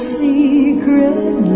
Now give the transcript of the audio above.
secret